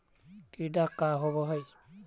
टीडा का होव हैं?